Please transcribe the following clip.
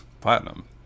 Platinum